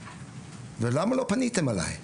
ולמה לא פניתם אליי.